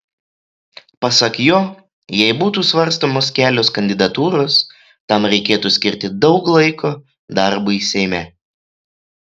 pasak jo jei būtų svarstomos kelios kandidatūros tam reikėtų skirti daug laiko darbui seime